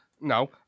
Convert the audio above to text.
No